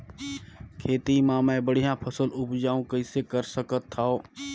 खेती म मै बढ़िया फसल उपजाऊ कइसे कर सकत थव?